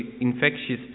infectious